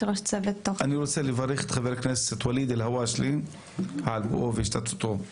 אני רוצה לברך את חבר הכנסת ואליד אל הואשלה על בואו והשתתפותו.